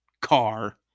car